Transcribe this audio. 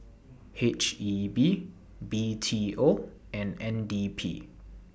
H E B B T O and N D P